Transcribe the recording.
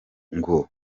ngo